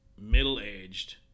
middle-aged